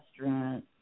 restaurant